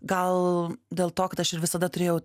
gal dėl to kad aš ir visada turėjau